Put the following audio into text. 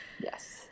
yes